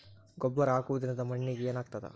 ಗೊಬ್ಬರ ಹಾಕುವುದರಿಂದ ಮಣ್ಣಿಗೆ ಏನಾಗ್ತದ?